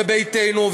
וישראל ביתנו,